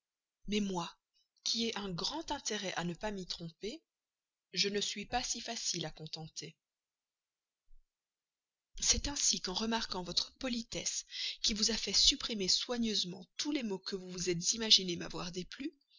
mais moi qui ai un grand intérêt à ne m'y pas tromper je ne suis pas si facile à contenter c'est ainsi qu'en remarquant votre politesse qui vous a fait supprimer soigneusement tous les mots que vous vous êtes imaginé m'avoir déplu